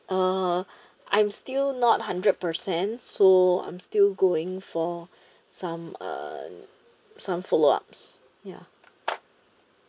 uh I'm still not hundred percent so I'm still going for some uh some follow ups ya